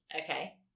Okay